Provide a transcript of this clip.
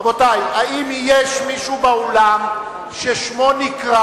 רבותי, האם יש מישהו באולם ששמו נקרא